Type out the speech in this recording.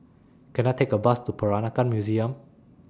Can I Take A Bus to Peranakan Museum